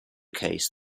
case